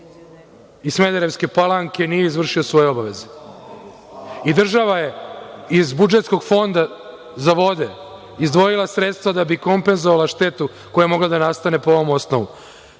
iz Smederevske Palanke nije izvršio svoje obaveze. Država je iz budžetskog fonda za vode izdvojila sredstva da bi kompenzovala štetu koja je mogla da nastane po ovom osnovu. Znam